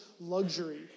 luxury